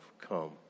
come